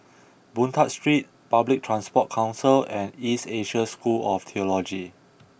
Boon Tat Street Public Transport Council and East Asia School of Theology